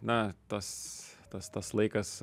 na tas tas tas laikas